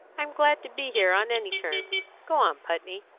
i'm glad to be here on any terms. go on, putney.